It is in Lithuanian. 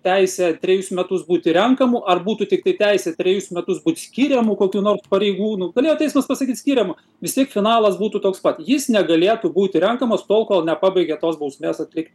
teisė trejus metus būti renkamu ar būtų tiktai teisė trejus metus būt skiriamu kokių nors pareigūnų galėjo teismas pasakyt skiriam vis tiek finalas būtų toks pat jis negalėtų būti renkamas tol kol nepabaigia tos bausmės atlikti